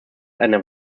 eine